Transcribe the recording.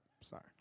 sorry